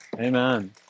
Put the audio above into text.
Amen